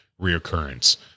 reoccurrence